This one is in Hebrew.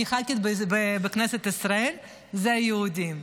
אני ח"כית בכנסת ישראל, הם יהודים,